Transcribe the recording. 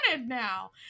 now